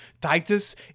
Titus